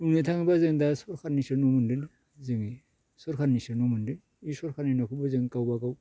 बुंनो थाङोबा जों दा सोरखारनिसो न' मोन्दों जोङो सोरखारनिसो न' मोन्दों बे सोरखारनि न'खौबो जों गावबा गाव